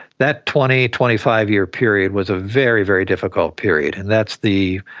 that twenty, twenty five year period was a very, very difficult period, and that's the,